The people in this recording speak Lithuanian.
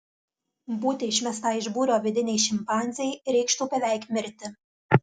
būti išmestai iš būrio vidinei šimpanzei reikštų beveik mirti